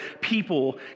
people